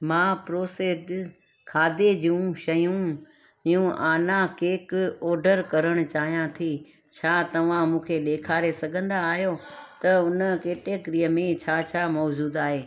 मां प्रोसेस्ड खाधे जूं शयूं आना केक ऑर्डर करण चाहियां थी छा तव्हां मूंखे ॾेखारे सघंदा आहियो त उन कैटेगरी में छा छा मौज़ूदु आहे